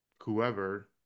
whoever